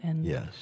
Yes